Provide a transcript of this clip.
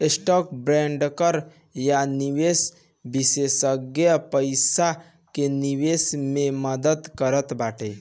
stock broker या निवेश विषेशज्ञ पईसा के निवेश मे मदद करत बाटे